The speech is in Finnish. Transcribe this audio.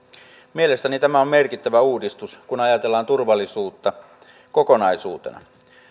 mielestäni tämä on merkittävä uudistus kun ajatellaan turvallisuutta kokonaisuutena